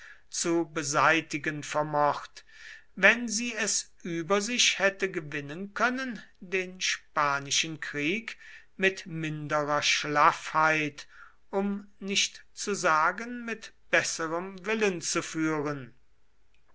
zu beseitigen vermocht wenn sie es über sich hätte gewinnen können den spanischen krieg mit minderer schlaffheit um nicht zu sagen mit besserem willen zu führen